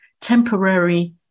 temporary